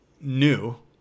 new